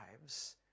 lives